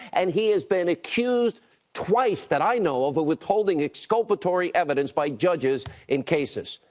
and he has been accused twice that i know of of withholding exculpatory evidence by judges in cases.